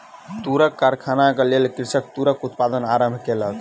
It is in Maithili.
तूरक कारखानाक लेल कृषक तूरक उत्पादन आरम्भ केलक